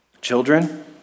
Children